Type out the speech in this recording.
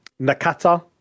Nakata